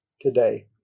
today